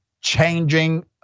changing